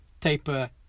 taper